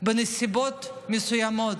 בנסיבות מסוימות